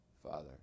father